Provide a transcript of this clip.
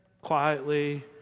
quietly